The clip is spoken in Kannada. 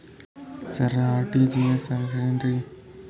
ಸರ ಆರ್.ಟಿ.ಜಿ.ಎಸ್ ಅಂದ್ರ ಏನ್ರೀ?